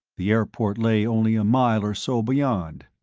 the airport lay only a mile or so beyond.